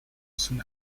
soon